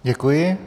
Děkuji.